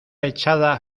echada